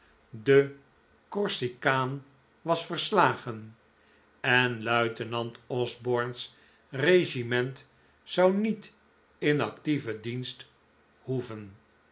de corsicaan was verslagen en luitenant osborne's regiment zou niet in actieven dienst hoeven